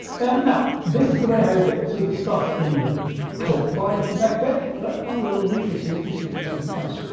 and now, this is the way how you get to the stuff in the top part of your backpack, but i will leave this here to show you something else.